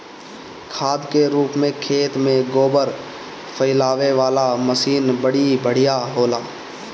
खाद के रूप में खेत में गोबर फइलावे वाला मशीन बड़ी बढ़िया होला